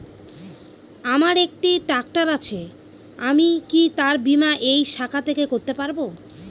আমার একটি ট্র্যাক্টর আছে আমি কি তার বীমা এই শাখা থেকে করতে পারব?